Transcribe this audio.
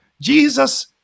Jesus